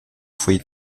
free